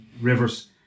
rivers